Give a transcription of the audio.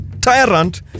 tyrant